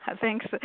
thanks